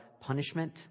punishment